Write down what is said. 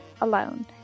alone